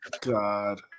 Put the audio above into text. God